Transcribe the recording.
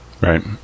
Right